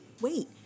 wait